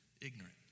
ignorant